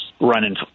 running